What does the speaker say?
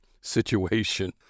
situation